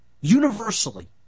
universally